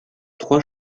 trois